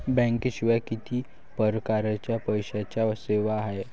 बँकेशिवाय किती परकारच्या पैशांच्या सेवा हाय?